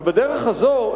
ובדרך הזאת,